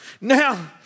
now